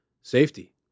safety